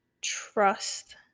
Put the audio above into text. trust